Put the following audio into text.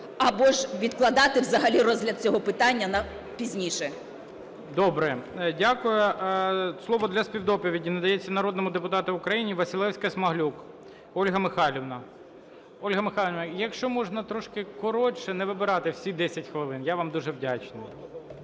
або ж відкладати взагалі розгляд цього питання на пізніше. ГОЛОВУЮЧИЙ. Добре. Дякую. Слово для співдоповіді надається народному депутату України, Василевська-Смаглюк Ольга Михайлівна. Ольга Михайлівна, якщо можна, трошки коротше, не вибирати всі 10 хвилин. Я вам дуже вдячний.